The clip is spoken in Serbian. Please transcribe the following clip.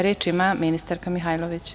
Reč ima ministarka Mihajlović.